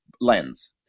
lens